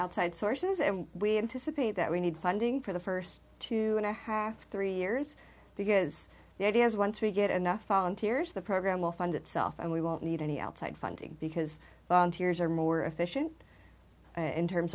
outside sources and we anticipate that we need funding for the first two and a half three years because the idea is once we get enough volunteers the program will fund itself and we won't need any outside funding because volunteers are more efficient in terms